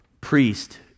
priest